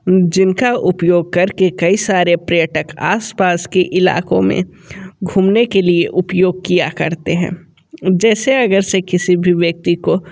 जिनका उपयोग कर के कई सारे पर्यटक आस पास के इलाक़ों में घूमने के लिए उपयोग किया करते हैं जैसे अगर से किसी भी व्यक्ति को